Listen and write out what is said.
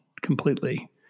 completely